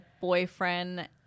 boyfriend